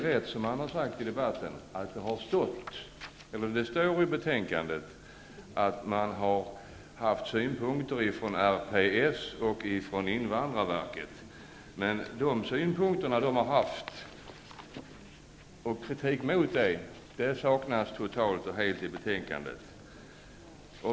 Rikspolisstyrelsen och invandrarverket har framfört synpunkter på propositionen, men dessa redovisas inte i betänkandet.